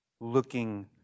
looking